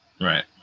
Right